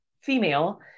female